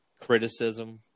criticism